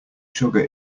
sugar